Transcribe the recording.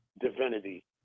divinity